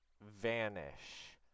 vanish